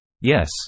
Yes